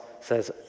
says